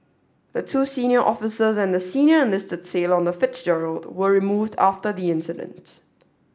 the two senior officers and the senior enlisted sailor on the Fitzgerald were removed after the incident